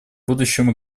будущем